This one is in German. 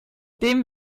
dem